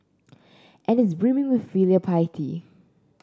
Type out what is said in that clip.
and is brimming with filial piety